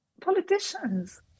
politicians